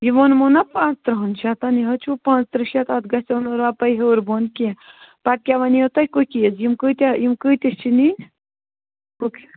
یہ ووٚنمو نہ پانٛژھ تٕرٛہن شَتن یہِ حظ چھُو پانٛژھ تٕرٛہ شَتھ اَتھ گژھیو نہٕ رۄپَے ہیوٚر بۄن کینٛہہ پتہٕ کیٛاہ ونیو تۄہہِ کُکیٖز یِم کۭتیٛاہ یِم کۭتِس چھِ نِنۍ